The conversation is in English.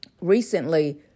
recently